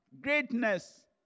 Greatness